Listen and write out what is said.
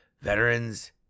veterans